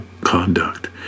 conduct